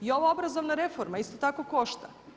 I ova obrazovna reforma isto tako košta.